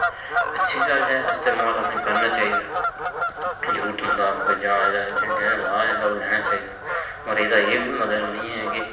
अच्छी गल्ल ऐ इस्तेमाल असें करना चाहीदा जरूरत मुताबक कोई जां एह्दा जेहड़ा लाह् एह्दा ओह् लैना चाहीदा मगर एह्दा एह् बी मतलब निं ऐ के